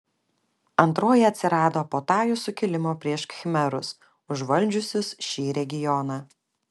antroji atsirado po tajų sukilimo prieš khmerus užvaldžiusius šį regioną